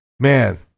Man